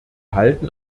halten